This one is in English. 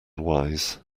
wise